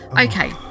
okay